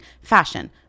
fashion